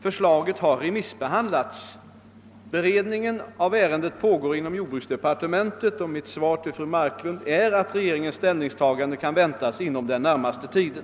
Förslaget har remiss behandlats. Beredningen av ärendet pågår inom jordbruksdepartementet, och regeringens ställningstagande kan väntas inom den närmaste tiden.